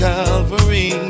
Calvary